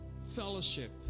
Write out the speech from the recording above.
fellowship